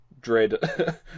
dread